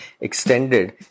extended